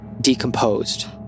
decomposed